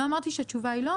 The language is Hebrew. לא אמרתי שהתשובה היא לא.